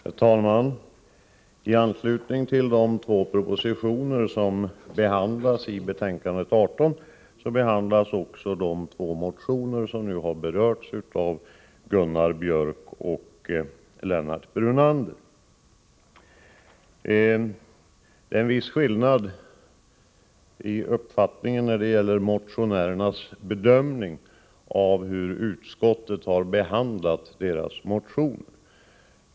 Herr talman! I anslutning till de två propositioner som behandlas i betänkande 18 behandlas också de två motioner som nu har berörts av Gunnar Biörck i Värmdö och Lennart Brunander. Det är en viss skillnad i motionärernas bedömning av hur utskottet har behandlat deras motioner.